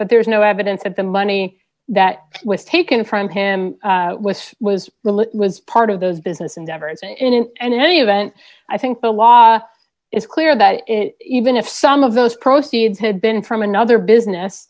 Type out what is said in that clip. but there's no evidence that the money that was taken from him with was real it was part of those business endeavors and in any event i think the law is clear that even if some of those proceeds had been from another business